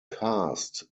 cast